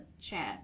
chat